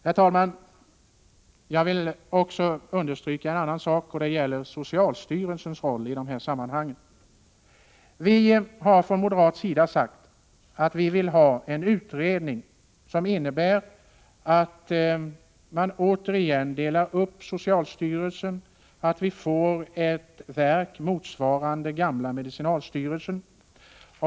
Herr talman! Jag vill också ta upp en annan sak, nämligen socialstyrelsens roll i dessa sammanhang. Vi har från moderat sida förklarat att vi vill ha en utredning som går ut på att återigen dela upp socialstyrelsen, så att vi får ett verk motsvarande gamla medicinalstyrelsen.